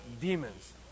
demons